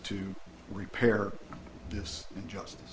to repair this justice